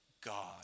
God